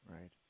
right